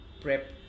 prep